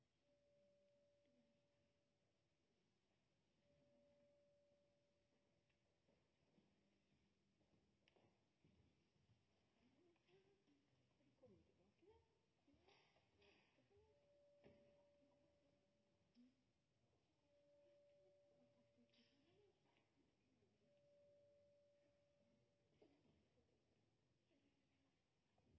kommer vi tilbake